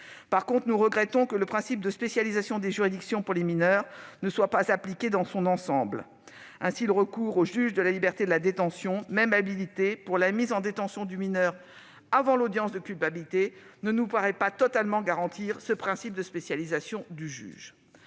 revanche, nous regrettons que le principe de spécialisation des juridictions pour les mineurs ne soit pas appliqué dans son ensemble. Dès lors, le recours au juge des libertés et de la détention (JLD), même habilité, pour la mise en détention du mineur avant l'audience de culpabilité, ne nous paraît pas totalement garantir le principe de spécialisation. De